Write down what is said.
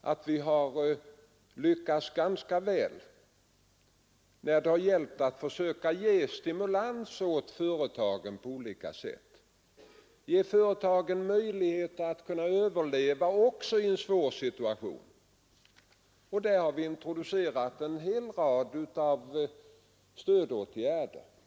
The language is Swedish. att vi har lyckats ganska bra med att på olika sätt ge stimulans åt företagen och att ge många av dem möjligheter att uppehålla verksamheten i en svår situation. Vi har introducerat en hel rad stödåtgärder.